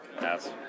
Yes